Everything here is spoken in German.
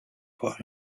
vor